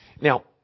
Now